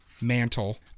mantle